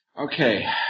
Okay